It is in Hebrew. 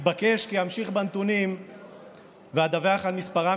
מתבקש כי אמשיך בנתונים ואדווח על מספרם